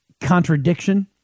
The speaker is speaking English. contradiction